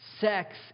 sex